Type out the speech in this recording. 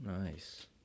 Nice